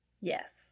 Yes